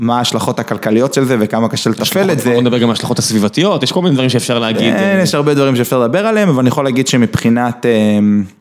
מה ההשלכות הכלכליות של זה וכמה קשה לתפעל את זה. בוא נדבר גם מה ההשלכות הסביבתיות, יש כל מיני דברים שאפשר להגיד. יש הרבה דברים שאפשר לדבר עליהם, אבל אני יכול להגיד שמבחינת...